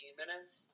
minutes